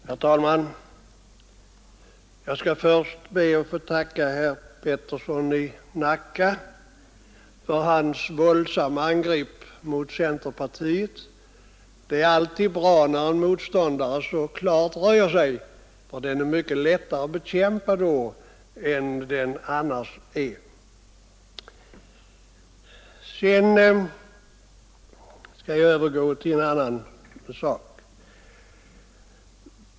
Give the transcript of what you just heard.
Herr talman! Jag skall först be att få tacka herr Peterson i Nacka för hans våldsamma angrepp mot centerpartiet. Det är alltid bra när en motståndare så klart röjer sig. Den är mycket lättare att bekämpa då än den annars är. — Sedan skall jag övergå till en annan sak.